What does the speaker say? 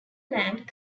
land